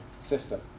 system